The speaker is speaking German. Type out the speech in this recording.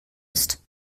ist